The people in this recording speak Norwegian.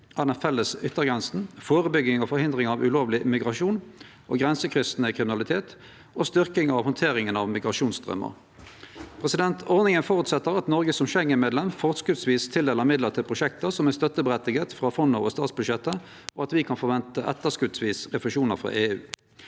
felles yttergrensa, førebygging og forhindring av ulovleg migrasjon og grensekryssande kriminalitet, og styrking av handteringa av migrasjonsstraumar. Ordninga føreset at Noreg som Schengen-medlem forskotsvis tildeler midlar til prosjekt som kvalifiserer til støtte frå fondet over statsbudsjettet, og at vi kan forvente etterskotsvise refusjonar frå EU.